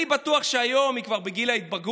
אני בטוח שהיום היא כבר בגיל ההתבגרות,